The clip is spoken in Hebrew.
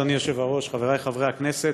אדוני היושב-ראש, חברי חברי הכנסת,